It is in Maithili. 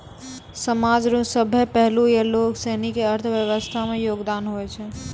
समाज रो सभ्भे पहलू या लोगसनी के अर्थव्यवस्था मे योगदान हुवै छै